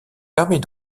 permet